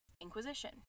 Inquisition